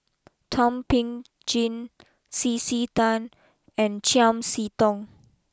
Thum Ping Tjin C C Tan and Chiam see Tong